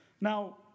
Now